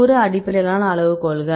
தூர அடிப்படையிலான அளவுகோல்கள்